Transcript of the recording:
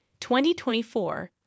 2024